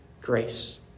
grace